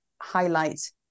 highlight